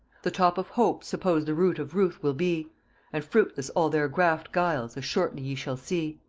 the top of hope supposed the root of ruth will be and fruitless all their graffed guiles, as shortly ye shall see.